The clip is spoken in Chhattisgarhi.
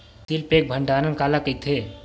सील पैक भंडारण काला कइथे?